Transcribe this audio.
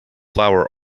flour